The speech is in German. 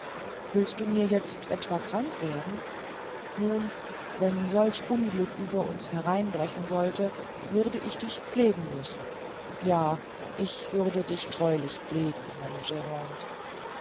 willst du mir jetzt etwa krank werden nun wenn solch unglück über uns hereinbrechen sollte würde ich dich pflegen müssen ja ich würde dich treulich pflegen meine